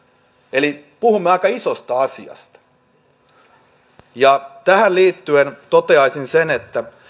eli puhumme aika isosta asiasta tähän liittyen toteaisin sen että